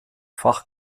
fach